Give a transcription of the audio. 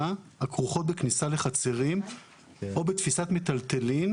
הכרוכות בכניסה לחצרים או בתפיסת מיטלטלין,